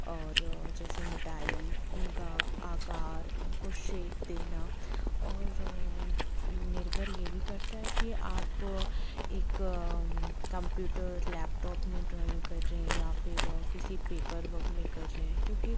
और जैसे मोटाई उनका आकार उनको शेप देना और निर्भर ये भी करता है कि ये आप एक कंप्यूटर लैपटौप में ड्राइंग करें या फिर किसी पेपर वर्क में कर रहे हैं क्योंकि